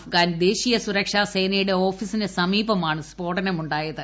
അഫ്ഗാൻ ദേശീയ സുരക്ഷാ സേനയുടെ ഓഫീസിന് സമീപമാണ് സ്ഫോടനമുണ്ടായത്